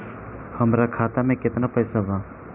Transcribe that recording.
हमरा खाता मे केतना पैसा बा?